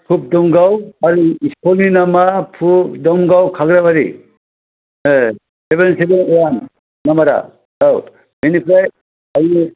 फुब दमगाव आरो स्कुलनि नामा फुब दमगाव खाग्राबारि वान नाम्बारा औ बिनिफ्राय